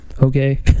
okay